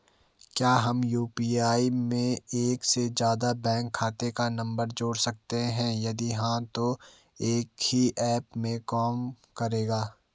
क्या हम यु.पी.आई में एक से ज़्यादा बैंक खाते का नम्बर जोड़ सकते हैं यदि हाँ तो एक ही ऐप में काम करेगा?